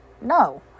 No